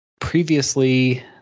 previously